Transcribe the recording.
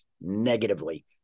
negatively